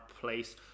place